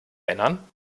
erinnern